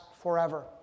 forever